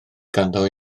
ganddo